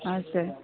हजुर